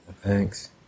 Thanks